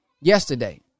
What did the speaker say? yesterday